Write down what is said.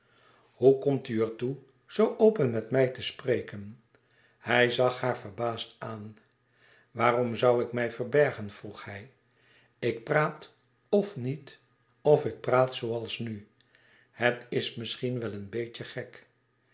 hoe komt u er toe zoo open met mij te spreken hij zag haar verbaasd aan waarom zoû ik mij verbergen vroeg hij ik praat f niet f ik praat zooals nu het is misschien wel een beetje gek